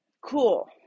cool